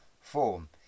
form